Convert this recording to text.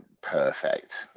perfect